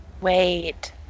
Wait